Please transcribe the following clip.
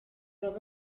baba